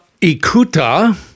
Ikuta